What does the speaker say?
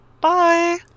Bye